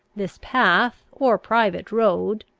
this path, or private road,